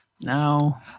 No